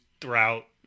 throughout